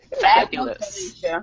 Fabulous